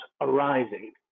arising